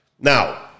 Now